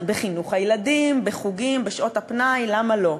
בחינוך הילדים, בחוגים, בשעות הפנאי, למה לא?